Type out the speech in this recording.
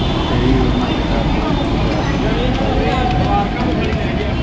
एहि योजना के तहत बहुत कम ब्याज दर पर बैंक ऋण दै छै